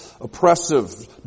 oppressive